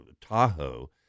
Tahoe